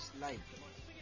life